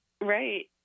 Right